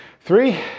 Three